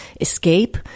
escape